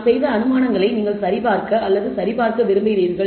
நாம் செய்த அனுமானங்களை நீங்கள் சரிபார்க்க அல்லது சரிபார்க்க விரும்புகிறீர்கள்